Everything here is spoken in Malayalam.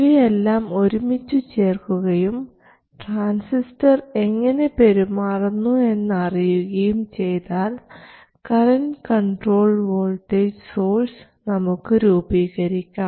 ഇവയെല്ലാം ഒരുമിച്ചു ചേർക്കുകയും ട്രാൻസിസ്റ്റർ എങ്ങനെ പെരുമാറുന്നു എന്ന് അറിയുകയും ചെയ്താൽ കറൻറ് കൺട്രോൾഡ് വോൾട്ടേജ് സോഴ്സ് നമുക്ക് രൂപീകരിക്കാം